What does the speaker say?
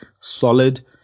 solid